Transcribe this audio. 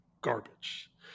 garbage